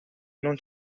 non